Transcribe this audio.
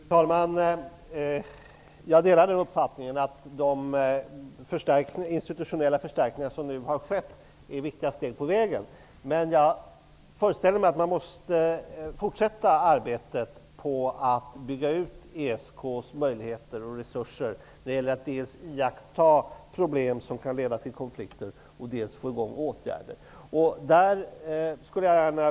Fru talman! Jag delar uppfattningen att de institutionella förstärkningar som nu har skett är viktiga steg på vägen. Men jag föreställer mig att man måste fortsätta arbetet på att bygga ut ESK:s möjligheter och resurser dels när det gäller att iaktta problem som kan leda till konflikter och dels när det gäller att få i gång åtgärder.